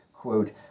quote